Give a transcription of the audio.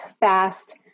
fast